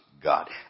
God